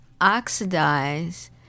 oxidize